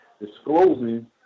disclosing